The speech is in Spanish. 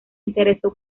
interesó